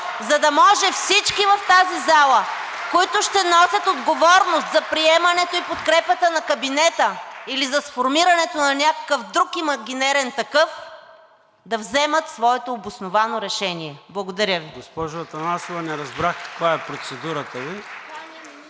за да може всички в тази зала, които ще носят отговорност за приемането и подкрепата на кабинета или за сформирането на някакъв друг имагинерен такъв, да вземат своето обосновано решение. Благодаря. (Ръкопляскания от